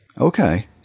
Okay